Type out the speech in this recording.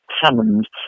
Hammond